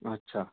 अच्छा